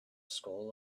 school